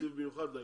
תקציב מיוחד לעניין?